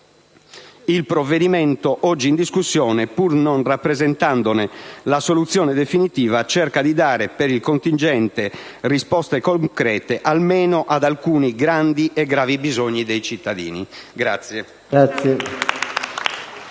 il provvedimento oggi in discussione, pur non rappresentando la soluzione definitiva, cerca di dare, per il contingente, risposte concrete almeno ad alcuni grandi e gravi bisogni dei cittadini. *(Applausi